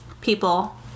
people